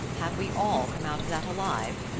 have we all come out of that alive?